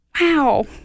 Wow